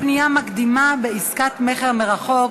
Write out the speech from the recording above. פנייה מקדימה בעסקת מכר מרחוק),